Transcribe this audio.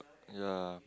ya